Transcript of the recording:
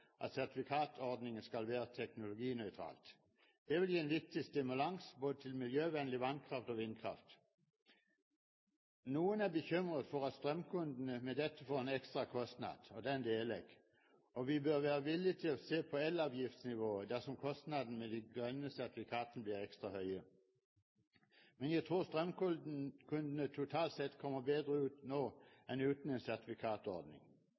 at sertifikatordningen skal være teknologinøytral. Det vil gi en viktig stimulans til både miljøvennlig vannkraft og vindkraft. Noen er bekymret for at strømkundene med dette får en ekstra kostnad. Den bekymringen deler jeg, og vi bør være villige til å se på elavgiftsnivået dersom kostnadene med de grønne sertifikatene blir ekstra høye. Men jeg tror strømkundene totalt sett kommer bedre ut nå enn uten en sertifikatordning.